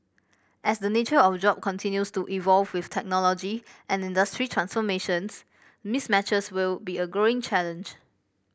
as the nature of job continues to evolve with technology and industry transformations mismatches will be a growing challenge